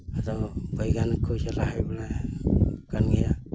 ᱟᱫᱚ ᱵᱳᱭᱜᱟᱱᱤᱠ ᱠᱚ ᱪᱟᱞᱟᱣ ᱦᱮᱡ ᱵᱟᱲᱟᱜ ᱠᱟᱱᱜᱮᱭᱟ